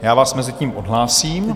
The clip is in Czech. Já vás mezitím odhlásím.